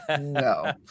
no